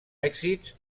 èxits